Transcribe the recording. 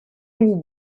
who